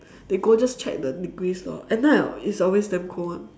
they go just check the degrees lor at night is always damn cold [one]